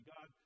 God